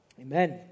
amen